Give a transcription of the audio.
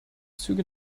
züge